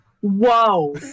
whoa